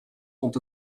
sont